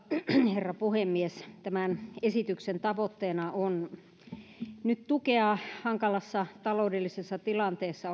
herra puhemies tämän esityksen tavoitteena on nyt tukea hankalassa taloudellisessa tilanteessa